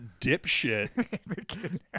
dipshit